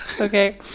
Okay